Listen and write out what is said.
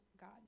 God